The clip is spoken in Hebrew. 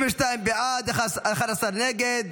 32 בעד, 11 נגד.